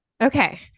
Okay